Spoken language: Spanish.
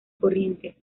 corrientes